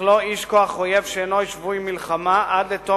לכלוא איש כוח אויב שאינו שבוי מלחמה עד לתום